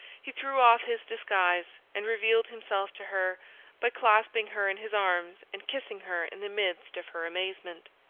he threw off his disguise, and revealed himself to her by clasping her in his arms and kissing her in the midst of her amazement.